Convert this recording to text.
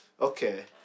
okay